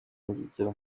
ngegera